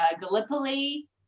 Gallipoli